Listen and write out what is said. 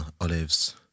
olives